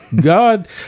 God